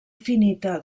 finita